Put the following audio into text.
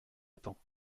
temps